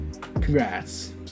Congrats